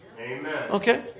Okay